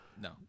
no